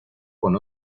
con